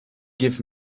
give